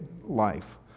life